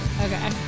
Okay